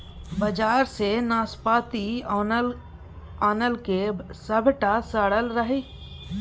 बजार सँ नाशपाती आनलकै सभटा सरल रहय